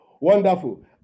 Wonderful